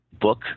book